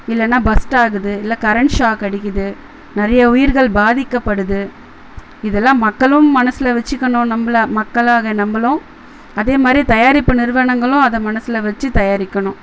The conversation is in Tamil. இல்லைனா பஸ்ட் ஆகுது இல்லை கரண்ட் சாக் அடிக்குது நிறைய உயிர்கள் பாதிக்கப்படுது இதெலாம் மக்களும் மனசில் வச்சிக்கணும் நம்மள மக்களாக நம்மளும் அதே மாதிரி தயாரிப்பு நிறுவனங்களும் அதை மனசில் வச்சு தயாரிக்கணும்